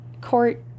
court